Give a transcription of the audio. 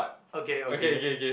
okay okay